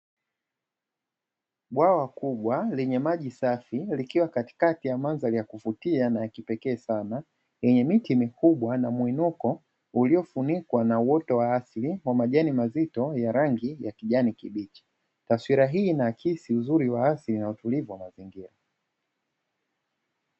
Bwawa kubwa lenye maji safi likiwa katikati ya mandhari ya kuvutia na ya kipekee sana yenye miti mikubwa, na muinuko uliofunikwa na uoto wa asili wa majani mazito ya asili ya rangi ya kijani kibichi, taswira hii inaakisi uzuri wa asili na utulivu wa mazingira.